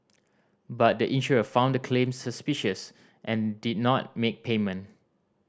but the insurer found the claims suspicious and did not make payment